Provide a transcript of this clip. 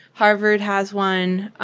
harvard has one.